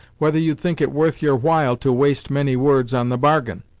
whether you'd think it worth your while to waste many words on the bargain?